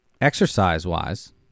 exercise-wise